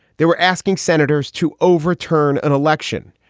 they were asking senators to overturn an election.